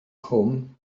nghwm